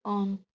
on